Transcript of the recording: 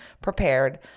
prepared